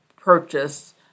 purchased